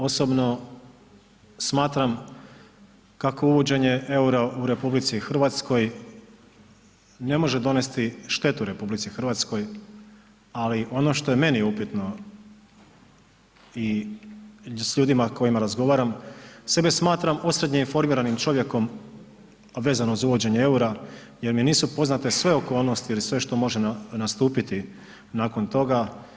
Osobno smatram kako uvođenje eura u RH ne može donesti štetu RH ali ono što je meni upitno i s ljudima s kojima razgovaram sebe smatram osrednje informiranim čovjekom vezano za uvođenje eura jer mi nisu poznate sve okolnosti ili sve što može nastupiti nakon toga.